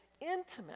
intimate